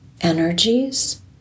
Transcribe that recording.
energies